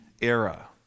Era